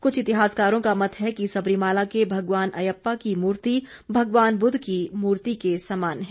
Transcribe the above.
कृछ इतिहासकारों का मत है कि सबरीमाला के भगवान अयप्पा की मूर्ति भगवान बुद्ध की मूर्ति के समान है